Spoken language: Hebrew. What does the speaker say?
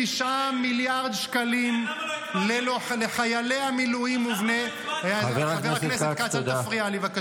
9 מיליארד שקלים לחיילי המילואים --- אז למה לא הצבעתם?